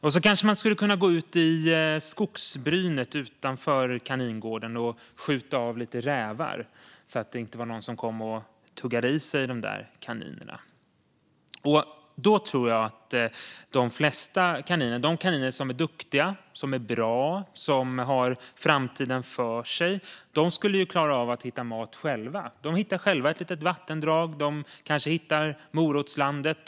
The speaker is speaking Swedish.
Man kanske också skulle kunna gå ut i skogsbrynet utanför kaningården och skjuta av lite rävar, så att det inte är någon som kommer och tuggar i sig kaninerna. Då tror jag att de flesta kaniner - de kaniner som är duktiga och bra och som har framtiden för sig - skulle klara av att hitta mat själva. De hittar själva ett litet vattendrag. De kanske hittar morotslandet.